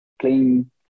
playing